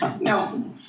No